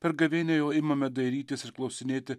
per gavėnią jau imame dairytis ir klausinėti